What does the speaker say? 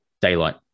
daylight